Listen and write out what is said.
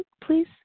please